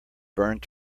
burned